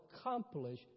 accomplish